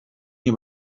nie